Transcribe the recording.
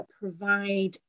provide